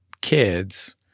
kids